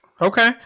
Okay